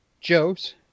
Joe's